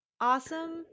awesome